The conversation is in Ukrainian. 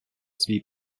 свій